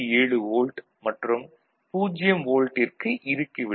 7 volt மற்றும் 0 volt டிற்கு இறுக்கி விடும்